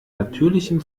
natürlichem